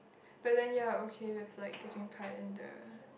but then you're okay with like taking part in the